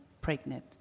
pregnant